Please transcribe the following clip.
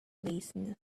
laziness